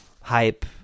hype